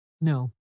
No